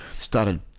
started